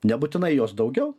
nebūtinai jos daugiau